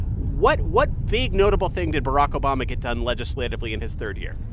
what what big, notable thing did barack obama get done legislatively in his third year?